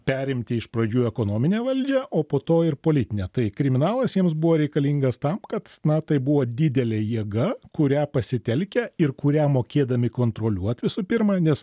perimti iš pradžių ekonominę valdžią o po to ir politinę tai kriminalas jiems buvo reikalingas tam kad na tai buvo didelė jėga kurią pasitelkę ir kurią mokėdami kontroliuot visų pirma nes